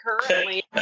currently